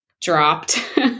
dropped